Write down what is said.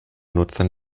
nutzern